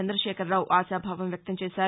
చంద్రశేఖరరావు ఆశాభావం వ్యక్తం చేశారు